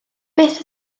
beth